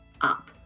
up